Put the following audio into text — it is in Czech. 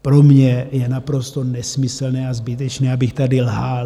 Pro mě je naprosto nesmyslné a zbytečné, abych tady lhal.